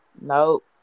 Nope